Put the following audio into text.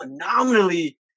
phenomenally